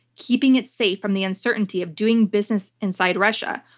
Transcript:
keeping it safe from the uncertainty of doing business inside russia,